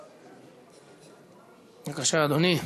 בבקשה, אדוני.